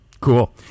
Cool